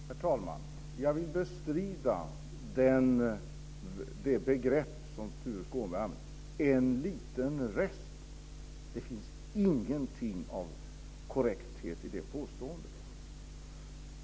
Herr talman! Jag vill bestrida det begrepp som Tuve Skånberg använde - en liten rest. Det finns ingenting av korrekthet i det påstående som gjordes.